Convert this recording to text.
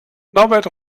norbert